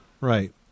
Right